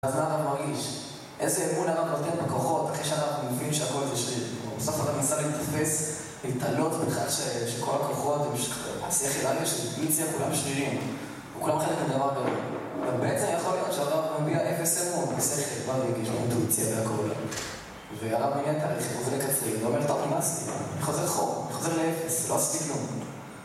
איזה אמון הרב נותן בכוחות אחרי שהרב מבין שהכוח זה שריר. בסוף אדם ניסה להתאפס, להתעלות בכך שכל הכוחות ושהשכל והאינטואציה כולם שרירים, וכולם חלק מדבר גדול אבל בעצם יכול להיות שהדבר מביע אפס אמון בשכל ברגש באינטואציה והכל. ואומר טוב נמאס לי הוא חוזר אחורה הוא חוזר לאפס לא עשיתי כלום